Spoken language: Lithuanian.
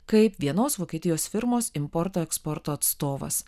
kaip vienos vokietijos firmos importo eksporto atstovas